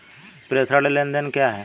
प्रेषण लेनदेन क्या है?